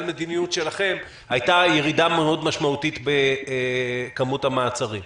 שלכם, הייתה ירידה מאוד משמעותית בכמות המעצרים.